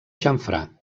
xamfrà